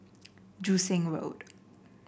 Joo Seng Road